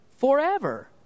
forever